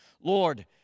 Lord